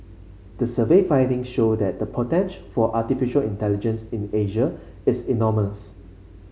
the survey findings show that the potential for artificial intelligence in Asia is enormous